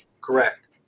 Correct